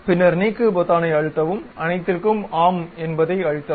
பின்னர் நீக்கு பொத்தானை அழுத்தவும் அனைத்திற்க்கும் ஆம் என்பதை அழுத்தவும்